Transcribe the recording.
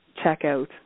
checkout